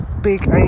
big